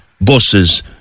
buses